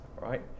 right